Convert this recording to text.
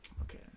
Okay